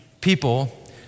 people